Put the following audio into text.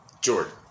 Jordan